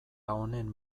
honen